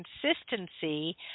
consistency